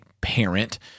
parent